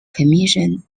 commission